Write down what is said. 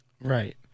Right